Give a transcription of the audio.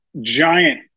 giant